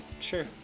Sure